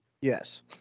Yes